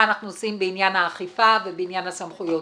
מה אנחנו עושים בעניין האכיפה ובעניין הסמכויות.